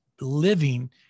living